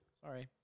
sorry